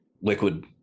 liquid